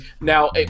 Now